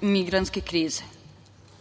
migrantske krize. Naša